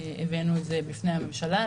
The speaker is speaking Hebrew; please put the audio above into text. הבאנו את זה בפני הממשלה.